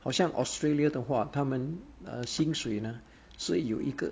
好像 australia 的话他们 err 薪水呢是有一个